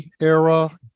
era